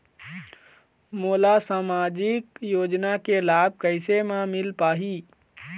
मोला सामाजिक योजना के लाभ कैसे म मिल पाही?